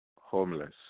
homeless